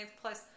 plus